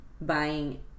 buying